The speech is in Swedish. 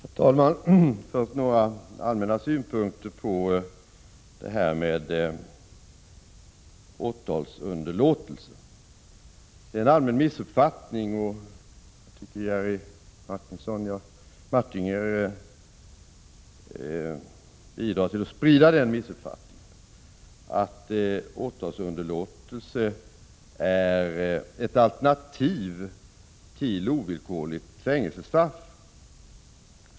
Herr talman! Först skall jag ge några allmänna synpunkter på frågan om åtalsunderlåtelse. Det är en allmän missuppfattning, som Jerry Martinger bidrar till att sprida, att åtalsunderlåtelse är ett alternativ till ovillkorligt fängelsestraff.